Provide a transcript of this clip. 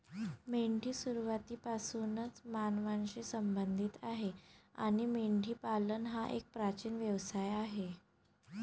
मेंढी सुरुवातीपासूनच मानवांशी संबंधित आहे आणि मेंढीपालन हा एक प्राचीन व्यवसाय आहे